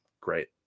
great